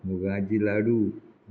मुगांचे लाडू